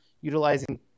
utilizing